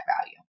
value